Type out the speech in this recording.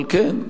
אבל כן,